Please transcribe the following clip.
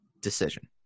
decision